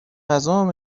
غذامو